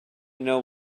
know